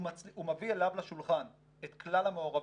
הוא מביא אליו לשולחן את כלל המעורבים,